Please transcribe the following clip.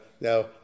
Now